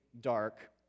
dark